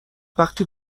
وقتی